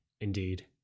indeed